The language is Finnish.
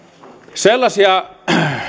sellaisia